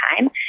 time